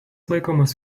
laikomas